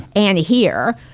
and here,